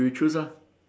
you choose ah